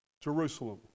Jerusalem